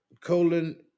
colon